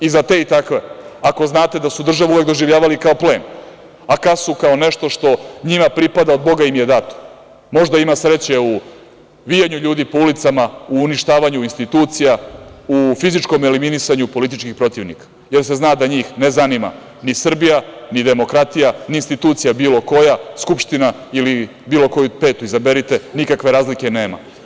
I za te i takve, ako znate da su državu uvek doživljavali kao plen, a kasu kao nešto što njima pripada, od Boga im je dato, možda ima sreće u vijanju ljudi po ulicama, u uništavanju po ulicama, u uništavanju ulica, u fizičkom eliminisanju političkih protivnika, jer se zna da njih ne zanima ni Srbija, ni demokratija, ni institucija bilo koja, Skupština ili bilo koju petu izaberite, nikakve razlike nema.